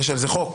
יש על זה חוק.